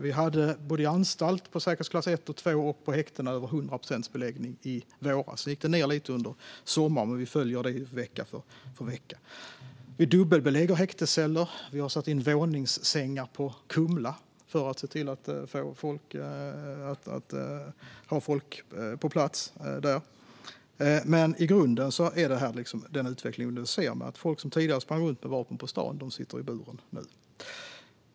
Vi hade i våras över 100 procents beläggning både på anstalter i säkerhetsklass 1 och 2 och på häktena. Sedan gick det ned lite under sommaren, men vi följer det vecka för vecka. Vi dubbelbelägger häktesceller. Vi har satt in våningssängar på Kumla för att se till att ha folk på plats där. Men i grunden är utvecklingen att man ser att folk som tidigare sprang runt med vapen på stan nu sitter i buren.